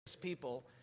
people